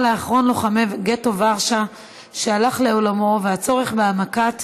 לאחרון לוחמי גטו ורשה שהלך לעולמו והצורך בהעמקת